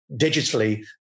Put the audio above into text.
digitally